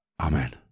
Amen